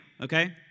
okay